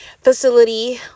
facility